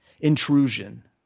intrusion